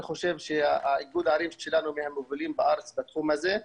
אני חושב שאיגוד הערים שלנו מהמובילים בארץ בתחום הזה.